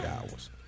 hours